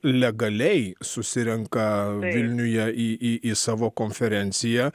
legaliai susirenka vilniuje į į į savo konferenciją